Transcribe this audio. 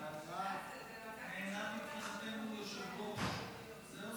ההצעה להעביר את הצעת חוק ההתיישנות (תיקון,